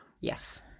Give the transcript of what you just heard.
Yes